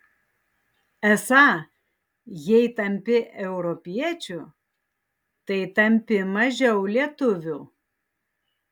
esą jei tampi europiečiu tai tampi mažiau lietuviu